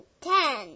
ten